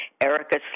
Erica